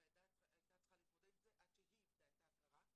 והילדה הייתה צריכה להתמודד עם זה עד שהיא איבדה את ההכרה.